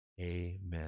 Amen